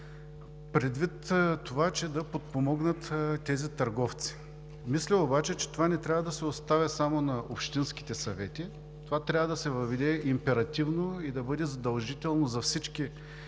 платна, за да подпомогнат тези търговци. Мисля обаче, че това не трябва да се оставя само на общинските съвети, това трябва да се въведе императивно и да бъде задължително за всички